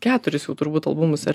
keturis jau turbūt albumus ar